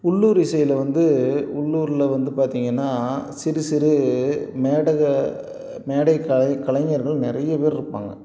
உள்ளூர் இசையில் வந்து உள்ளூரில் வந்து பார்த்திங்கன்னா சிறு சிறு மேட மேடை கலை கலைஞர்கள் நிறைய பேர் இருப்பாங்க